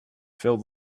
filled